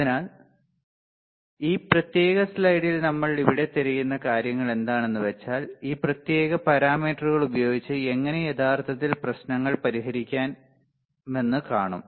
അതിനാൽ ഈ പ്രത്യേക സ്ലൈഡിൽ നമ്മൾ ഇവിടെ തിരയുന്ന കാര്യങ്ങൾ എന്താണെന്നുവെച്ചാൽ ഈ പ്രത്യേക പാരാമീറ്ററുകൾ ഉപയോഗിച്ച് എങ്ങനെ യഥാർത്ഥത്തിൽ പ്രശ്നങ്ങൾ പരിഹരിക്കാമെന്ന് കാണും